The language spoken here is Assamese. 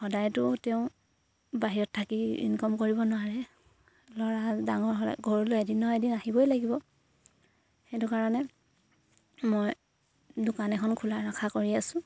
সদায়তো তেওঁ বাহিৰত থাকি ইনকম কৰিব নোৱাৰে ল'ৰা ডাঙৰ হ'লে ঘৰলৈ এদিন নহয় এদিন আহিবই লাগিব সেইটো কাৰণে মই দোকান এখন খোলাৰ আশা কৰি আছোঁ